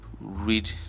read